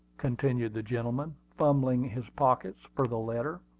continued the gentleman, fumbling his pockets for the letter.